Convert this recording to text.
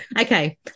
okay